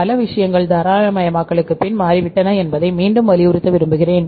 பல விஷயங்கள் தாராளமயமாக்கலுக்குப் பின் மாறிவிட்டன என்பதை மீண்டும் வலியுறுத்த விரும்புகிறேன்